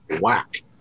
whack